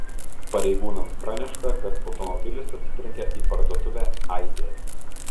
pareigūnams pranešta kad automobilis atsitrenkė į parduotuvę aibė